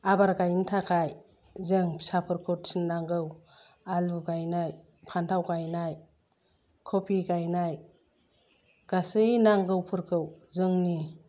आबार गाइनो थाखाय जों फिसाफोरखौ थिन्नांगौ आलु गाइनाय फान्थाव गाइनाय कफि गाइनाय गासै नांगौफोरखौ जोंनि